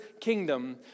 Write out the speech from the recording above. kingdom